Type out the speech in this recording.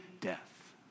Death